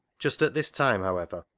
just at this time, however,